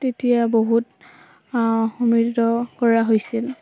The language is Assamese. তেতিয়া বহুত কৰা হৈছিল